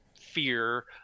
fear